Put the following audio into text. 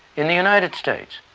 in the united states,